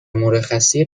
مرخصی